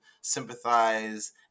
sympathize